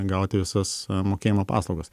gauti visas mokėjimo paslaugas